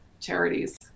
charities